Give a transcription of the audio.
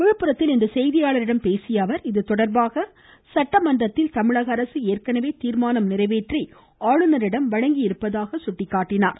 விழுப்புரத்தில் இன்று செய்தியாளர்களிடம் பேசிய அவர் இது தொடர்பாக சட்டமன்றத்தில் தமிழக அரசு ஏற்கனவே தீர்மானம் நிறைவேற்றி ஆளுநரிடம் வழங்கியிருப்பதாக சுட்டிக்காட்டினார்